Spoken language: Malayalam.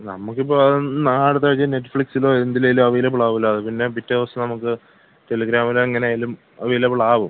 നമുക്കിപ്പോൾ അത് നാ അടുത്താഴ്ച നെറ്റ്ഫ്ലിക്സിലോ എന്തിലെങ്കിലും അവൈലബിളാകുമല്ലോ അത് പിന്നെ പിറ്റേ ദിവസം നമുക്ക് ടെലിഗ്രാമിലെങ്ങനായാലും അവൈലബിളാകും